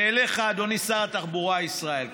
ואליך, אדוני שר התחבורה ישראל כץ,